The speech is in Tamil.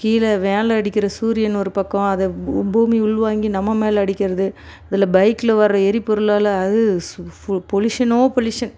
கீழே மேலே அடிக்கிற சூரியன் ஒரு பக்கம் அதை பூமி உள்வாங்கி நம்ம மேலே அடிக்கிறது இதில் பைக்கில வர எரிபொருளால் அது சு பொல்யூஷனோ பொல்யூஷன்